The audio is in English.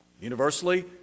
Universally